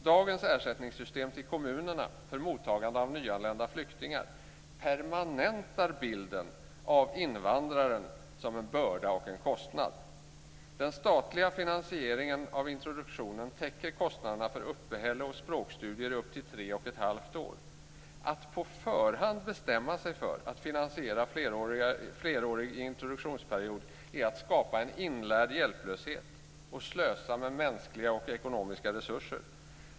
Dagens system för ersättning till kommunerna för mottagande av nyanlända flyktingar permanentar bilden av invandraren som en börda och en kostnad. Den statliga finansieringen av introduktionen täcker kostnaderna för uppehälle och språkstudier i upp till tre och ett halvt år. Att på förhand bestämma sig för att finansiera en flerårig introduktionsperiod är att skapa en inlärd hjälplöshet och att slösa med mänskliga och ekonomiska resurser.